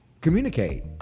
communicate